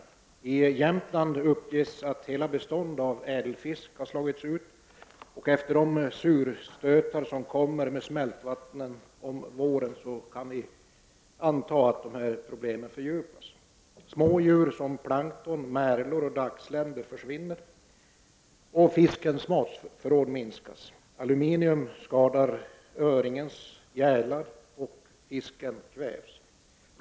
Det uppges att i Jämtland hela bestånd av ädelfisk har slagits ut, och vi kan anta att dessa problem kommer att fördjupas efter de surstötar som kommer med smältvattnet under våren. Små djur som plankton, märlor och dagsländor försvinner, och fiskens matförråd minskas. Aluminium skadar öringens gälar, så att den kvävs.